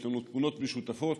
יש לנו תמונות משותפות